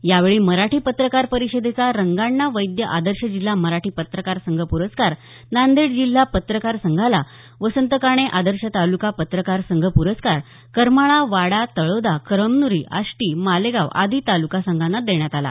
यावेळी मराठी पत्रकार परिषदेचा रंगाअण्णा वैद्य आदर्श जिल्हा मराठी पत्रकार संघ प्रस्कार नांदेड जिल्हा पत्रकार संघाला वसंत काणे आदर्श तालुका पत्रकार संघ पुरस्कार करमाळा वाडा तळोदा कळमनुरी आष्टी मालेगाव आदी तालुका संघांना देण्यात आला